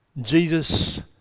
Jesus